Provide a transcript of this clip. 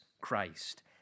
Christ